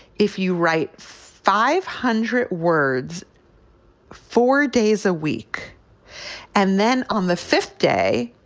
if you write five hundred words four days a week and then on the fifth day,